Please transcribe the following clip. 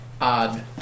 Odd